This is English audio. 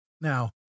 Now